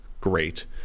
great